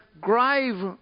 grave